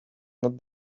not